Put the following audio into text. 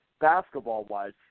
basketball-wise